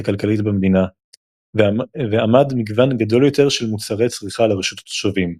הכלכלית במדינה ועמד מגוון גדול יותר של מוצרי צריכה לרשות התושבים.